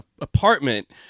apartment